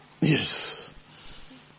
Yes